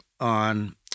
on